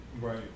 Right